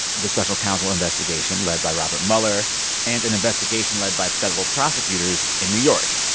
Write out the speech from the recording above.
the special counsel investigation led by robert mueller and an investigation led by federal prosecutors in new york.